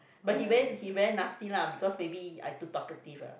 but he very he very nasty lah because maybe I too talkative ah